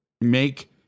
Make